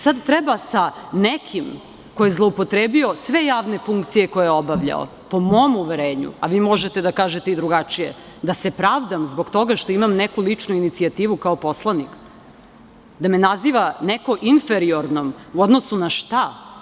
Sada treba nekom ko je zloupotrebio sve javne funkcije koje je obavljao, po mom uverenju, a vi možete da kažete i drugačije, da se pravdam zbog toga što imam neku ličnu inicijativu kao poslanik i da me naziva neko inferiornom u odnosu na šta?